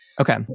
Okay